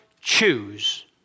choose